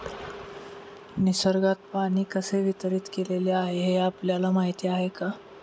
निसर्गात पाणी कसे वितरीत केलेले आहे हे आपल्याला माहिती आहे का?